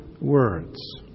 words